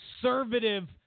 conservative